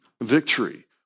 victory